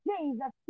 Jesus